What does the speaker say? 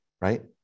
right